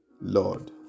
Lord